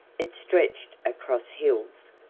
it stretched across hills,